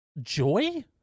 joy